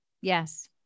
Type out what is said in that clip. Yes